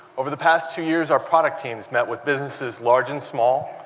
over the past two years our product team has met with businesses large and small,